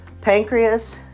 pancreas